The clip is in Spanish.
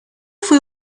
fue